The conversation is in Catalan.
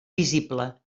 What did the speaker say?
visible